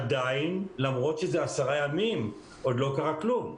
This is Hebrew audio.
ועדיין, למרות שזה עשרה ימים, עוד לא קרה כלום.